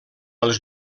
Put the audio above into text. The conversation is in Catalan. els